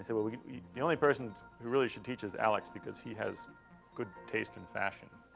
said, well, the only person who really should teach is alex, because he has good taste in fashion.